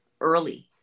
early